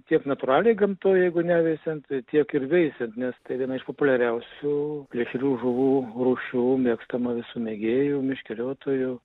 tiek natūraliai gamtoje jeigu ne veisiant tiek ir veisiant nes tai viena iš populiariausių plėšrių žuvų rūšių mėgstama visų mėgėjų meškeriotojų